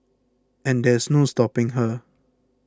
and there is no stopping her